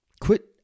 quit